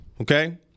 okay